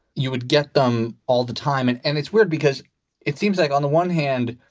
you would get them all the time. and and it's weird because it seems like on the one hand,